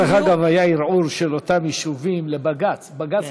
דרך אגב, היה ערעור של אותם יישובים לבג"ץ.